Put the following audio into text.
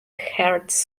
hertz